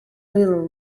little